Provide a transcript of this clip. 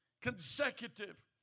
consecutive